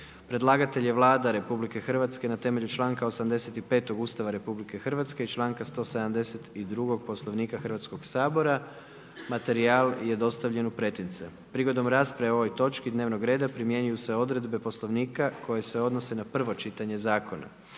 Predlagatelj je Vlada Republike Hrvatske na temelju članka 85. Ustava Republike Hrvatske i članka 172. Poslovnika Hrvatskoga sabora. Materijal je dostavljen u pretince. Prilikom rasprave o ovoj točki dnevnog reda primjenjuju se odredbe Poslovnika koje se odnose na prvo čitanje zakona.